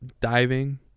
Diving